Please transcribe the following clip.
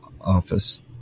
Office